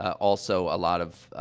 also, a lot of, ah,